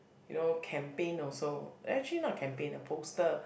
you know campaign also eh actually not campaign a poster